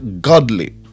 godly